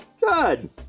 Good